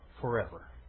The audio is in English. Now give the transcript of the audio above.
forever